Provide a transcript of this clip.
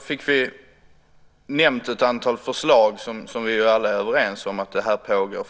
fick nämnt ett antal förslag som vi alla är överens om pågår.